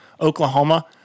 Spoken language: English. Oklahoma